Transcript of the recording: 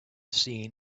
seen